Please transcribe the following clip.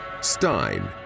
Stein